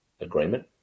agreement